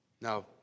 Now